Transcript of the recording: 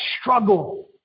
struggle